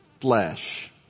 flesh